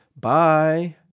Bye